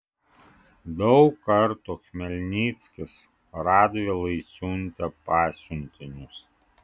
daug kartų chmelnickis radvilai siuntė pasiuntinius